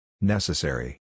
Necessary